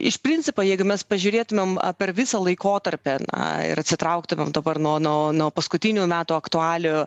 iš principo jeigu mes pažiūrėtumėm per visą laikotarpį na ir atsitrauktumėm dabar nuo nuo nuo paskutinių metų aktualijų